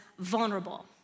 vulnerable